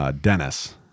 Dennis